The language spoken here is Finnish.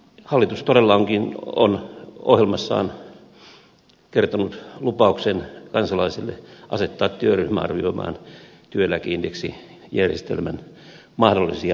hallitus todellakin on ohjelmassaan kertonut lupauksen kansalaisille asettaa työryhmä arvioimaan työeläkeindeksijärjestelmän mahdollisia muutostarpeita